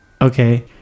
okay